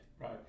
right